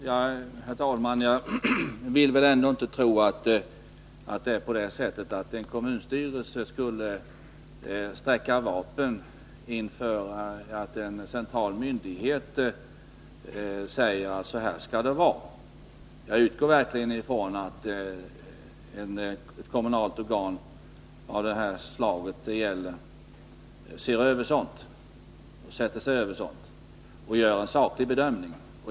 Herr talman! Jag vill ändå inte tro att en kommunstyrelse sträcker vapen inför en central myndighets eventuella förklaring att så här skall det vara. Jag utgår verkligen ifrån att ett kommunalt organ av det slag som det här gäller gör en saklig bedömning.